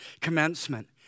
commencement